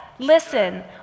Listen